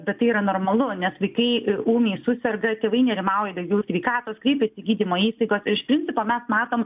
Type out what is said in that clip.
bet tai yra normalu nes vaikai ūmiai suserga tėvai nerimaujadėl jų sveikatos kreipiasi gydymo įstaigos iš principo mes matom